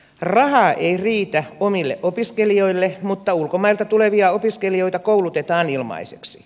rahaa ei riitä omille opiskelijoille mutta ulkomailta tulevia opiskelijoita koulutetaan ilmaiseksi